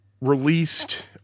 released